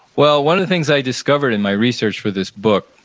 well, one of the things i discovered in my research for this book,